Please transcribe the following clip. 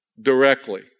directly